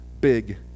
big